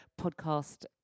podcast